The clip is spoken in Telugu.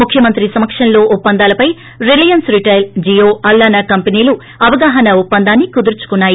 ముఖ్యమంత్రి సమక్షంలో ఒప్పందాలపై రిలయన్స్ రిటైల్ జియో అల్లాన కంపెనీలు అవగాహనా ఒప్పందాన్ని కుదుర్చుకున్నాయి